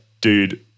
dude